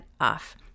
off